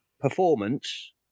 performance